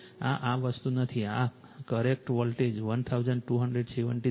આ આ વસ્તુ નથી આ કરેક્ટ વોલ્ટ 1273